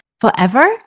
forever